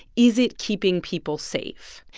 is it keeping people safe?